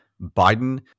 Biden